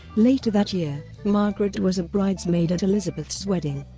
later that year, margaret was a bridesmaid at elizabeth's wedding.